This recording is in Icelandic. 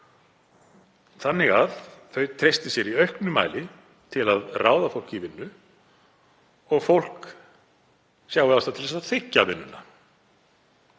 þannig að þau treysti sér í auknum mæli til að ráða fólk í vinnu og fólk sjái ástæðu til að þiggja vinnunna.